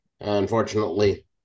Unfortunately